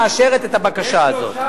מאשרת את הבקשה הזאת.